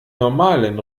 normalen